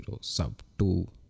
sub-two